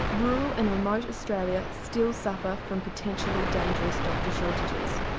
rural and remote australia still suffer from potentially dangerous doctor shortages.